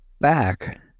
back